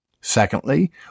Secondly